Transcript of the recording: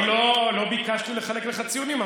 אני לא ביקשתי לחלק לך ציונים.